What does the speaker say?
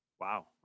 Wow